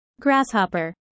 Grasshopper